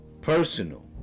personal